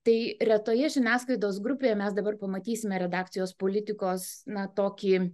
tai retoje žiniasklaidos grupėje mes dabar pamatysime redakcijos politikos na tokį